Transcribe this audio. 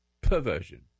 Perversion